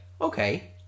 okay